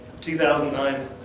2009